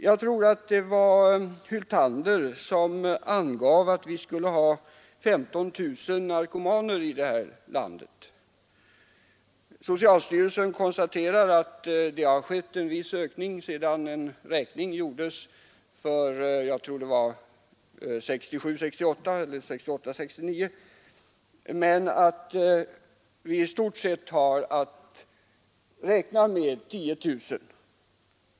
Jag tror att det var herr Hyltander som angav att det skulle finnas 15 000 narkomaner i vårt land. Socialstyrelsen konstaterar att det har skett en viss ökning sedan en räkning gjordes för 1968/69 och att vi i stort sett har att räkna med 10 000.